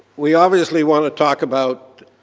we obviously want to talk about